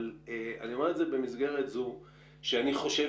אני אומר את זה במסגרת זו שאני חושב